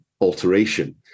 alteration